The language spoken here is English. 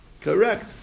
Correct